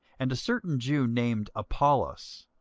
and a certain jew named apollos,